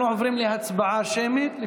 אנחנו עוברים להצבעה שמית,